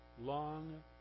long